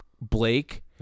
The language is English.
Blake